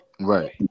Right